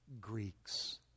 Greeks